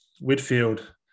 Whitfield